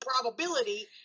probability